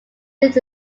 lived